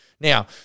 Now